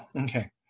okay